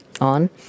on